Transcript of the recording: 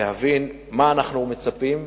להבין מה אנחנו מצפים,